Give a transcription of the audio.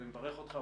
אני מברך אותך,